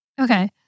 okay